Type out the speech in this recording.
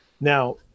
Now